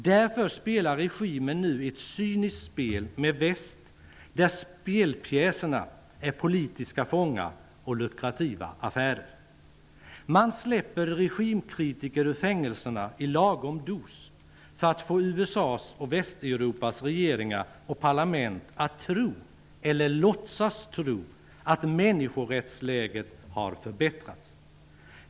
Därför spelar regimen nu ett cyniskt spel med väst där spelpjäserna är politiska fångar och lukrativa affärer. Man släpper regimkritiker ur fängelserna i lagom dos för att få USA:s och Västeuropas regeringar och parlament att tro, eller låtsas tro, att människorättsläget har förbättrats.